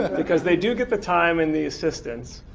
because they do get the time and the assistance,